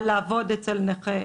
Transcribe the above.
אבל לעבוד אצל נכה,